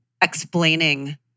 explaining